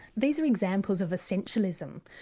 these are examples of essentialism,